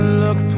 look